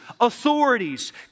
authorities